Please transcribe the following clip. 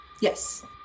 Yes